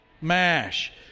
MASH